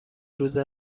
روز